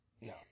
No